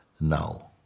Now